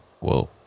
Whoa